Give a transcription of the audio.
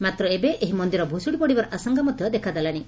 ମାତ୍ର ଏବେ ଏହି ମନ୍ଦିର ଭୁଶୁଡ଼ି ପଡ଼ିବାର ଆଶଙ୍କା ମଧ୍ଧ ଦେଖାଦେଲାଣି